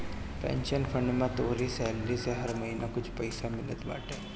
pension fund में तोहरी salary से हर महिना कुछ पईसा मिलत बाटे